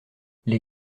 les